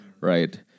right